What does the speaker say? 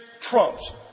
trumps